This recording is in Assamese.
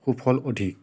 সুফল অধিক